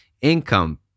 income